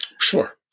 Sure